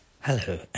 Hello